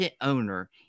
owner